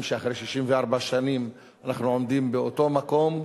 שאחרי 64 שנים אנחנו עומדים באותו מקום.